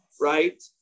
Right